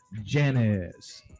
Janice